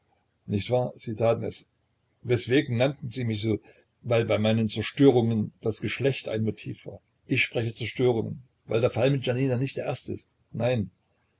nicht wahr sie taten es weswegen nannten sie mich so weil bei meinen zerstörungen das geschlecht ein motiv war ich spreche zerstörungen weil der fall mit janina nicht der erste ist nein